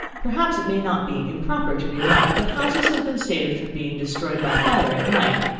perhaps it may not be improper to remark that houses have been saved from being destroyed by fire at night,